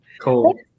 Cool